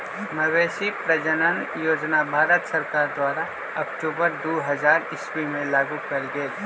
मवेशी प्रजजन योजना भारत सरकार द्वारा अक्टूबर दू हज़ार ईश्वी में लागू कएल गेल